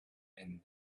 and